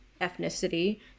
ethnicity